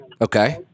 Okay